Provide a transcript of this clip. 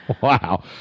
Wow